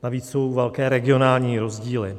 Navíc jsou velké regionální rozdíly.